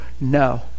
no